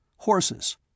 Horses